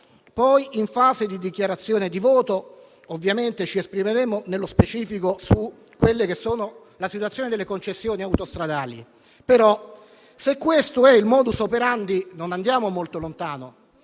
Poi in fase di dichiarazione di voto ci esprimeremo nello specifico sulla situazione delle concessioni autostradali, però se questo è il *modus operandi* non andiamo molto lontano.